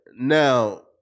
Now